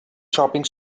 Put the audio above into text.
shopping